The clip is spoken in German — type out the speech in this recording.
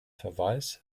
verweis